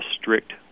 strict